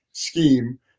scheme